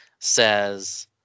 says